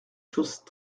choses